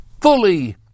fully